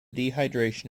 dehydration